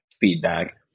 feedback